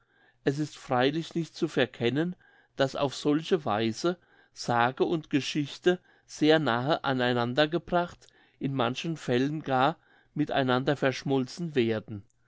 es ist freilich nicht zu verkennen daß auf solche weise sage und geschichte sehr nahe an einander gebracht in manchen fällen gar mit einander verschmolzen werden